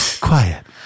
Quiet